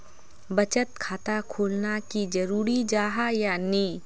बचत खाता खोलना की जरूरी जाहा या नी?